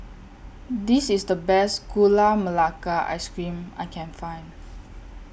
This IS The Best Gula Melaka Ice Cream I Can Find